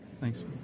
Thanks